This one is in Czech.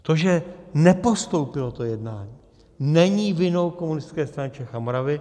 To, že nepostoupilo to jednání, není vinou Komunistické strany Čech a Moravy.